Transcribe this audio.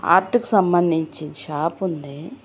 ఆర్ట్కు సంబంధించి షాప్ ఉంది